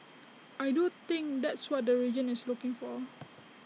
I do think that's what the region is looking for